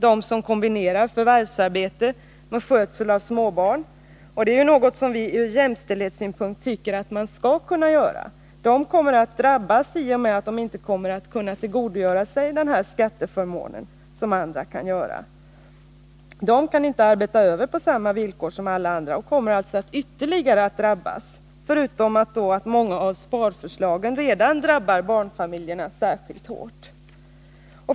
De som kombinerar förvärvsarbete och skötsel av småbarn — och det är något som vi ur jämställdhetssynpunkt tycker att man skall göra — kommer att drabbas i och med att de inte kommer att kunna tillgodogöra sig den här skatteförmånen på samma sätt som andra kan göra. De kan inte arbeta över på samma villkor som andra och kommer alltså att ytterligare drabbas. Dessutom drabbar redan många av sparförslagen barnfamiljerna särskilt hårt.